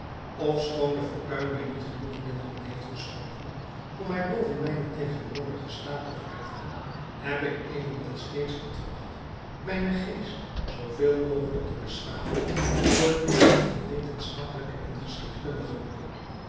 ofschoon de fortuin mij niet genoeg middelen heeft geschonken om mij boven mijnen tegenwoordigen staat te verheffen heb ik evenwel steeds getracht mijnen geest zooveel mogelijk te beschaven door het lezen van wetenschappelijke en geschiedkundige boeken